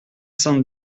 cent